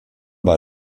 war